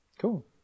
Cool